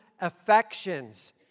affections